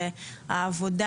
על העבודה